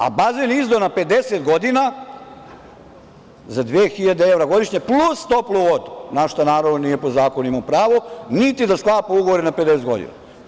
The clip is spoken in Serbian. A bazen je izdao na 50 godina za 2.000 evra godišnje plus toplu vodu, na šta, naravno, nije po zakonima u pravu, niti da sklapa ugovore na 50 godina.